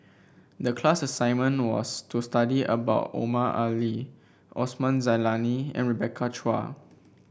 the class assignment was to study about Omar Ali Osman Zailani and Rebecca Chua